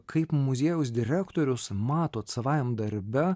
kaip muziejaus direktorius matot savajam darbe